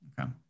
Okay